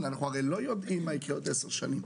אנחנו לא יודעים מה יהיה עוד עשר שנים.